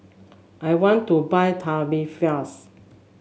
I want to buy Tubifast